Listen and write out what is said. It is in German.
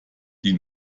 die